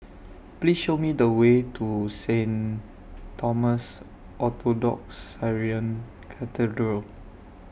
Please Show Me The Way to Saint Thomas Orthodox Syrian Cathedral